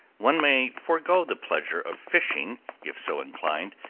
one may forego the pleasure of fishing if so inclined,